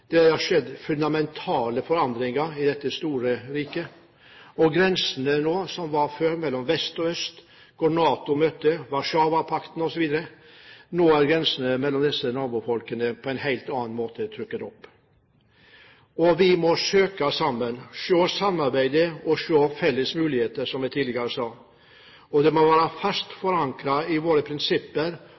Det har skjedd fundamentale forandringer i dette store riket. Grensene var før mellom vest og øst, hvor NATO møtte Warszawapakten, osv. Nå er grensene mellom disse nabofolkene trukket opp på en helt annen måte. Vi må søke sammen, se på samarbeidet og se felles muligheter, som jeg tidligere sa, og det må være fast forankret i våre prinsipper